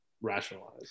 rationalize